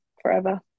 forever